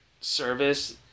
service